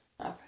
okay